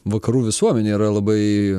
vakarų visuomenė yra labai